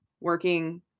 working